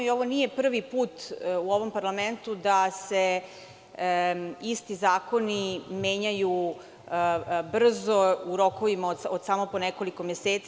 Ovo nije prvi put u ovom parlamentu da se isti zakoni menjaju brzo, u rokovima od samo po nekoliko meseci.